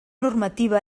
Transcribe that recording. normativa